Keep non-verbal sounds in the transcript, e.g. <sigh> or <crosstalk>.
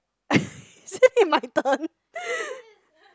<laughs> isn't it my turn